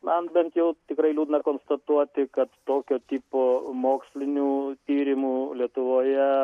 man bent jau tikrai liūdna konstatuoti kad tokio tipo mokslinių tyrimų lietuvoje